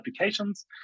applications